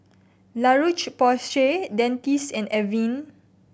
La Roche Porsay Dentiste and Avene